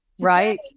Right